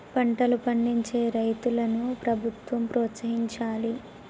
పంటలు పండించే రైతులను ప్రభుత్వం ప్రోత్సహించాలి